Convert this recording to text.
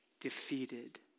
defeated